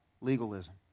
legalism